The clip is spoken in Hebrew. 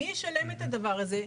מי ישלם את הדבר הזה?